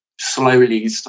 slowly